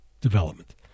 development